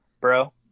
bro